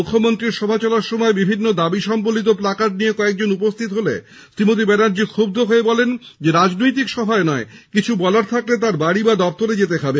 মুখ্যমন্ত্রীর সভা চলার সময় বিভিন্ন দাবি সম্বলিত প্লাকার্ড নিয়ে কয়েকজন উপস্হিত হলে শ্রীমতী ব্যানার্জী ক্ষুব্ধ হয়ে বলেন রাজনৈতিক সভায় নয় কিছু বলার থাকলে তাঁর বাড়ি বা দফতরে যেতে হবে